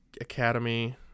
Academy